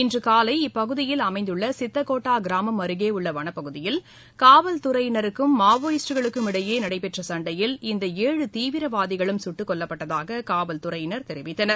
இன்றகாலை இப்பகுதியில் அமைந்துள்ளசித்தகோட்டாகிராமம் அருகேஉள்ளவனப்பகுதியில் காவல்துறையினருக்கும் மாவோயிஸ்டுகளுக்கும் இடையேநடந்தசண்டயில் இந்த ஏழு தீவிரவாதிகளும் சுட்டுக் கொல்லப்பட்டதாககாவல்துறையினர் தெரிவித்துள்ளனர்